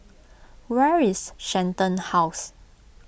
where is Shenton House